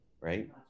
Right